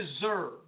deserve